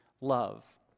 love